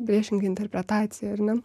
priešinga interpretacija ar ne